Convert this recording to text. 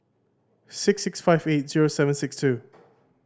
six six five eight zero seven six two